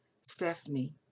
Stephanie